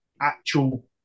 actual